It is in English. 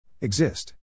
Exist